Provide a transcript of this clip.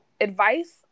advice